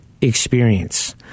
experience